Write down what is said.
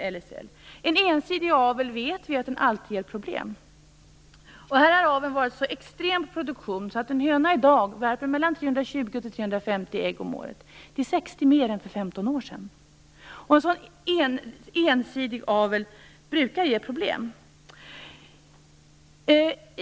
Vi vet att en ensidig avel alltid ger problem, och aveln har i den här produktionen varit så extrem att en höna i dag värper mellan 320 och 350 ägg om året, 60 mer än för 15 år sedan. En så ensidig avel brukar ge problem.